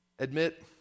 Admit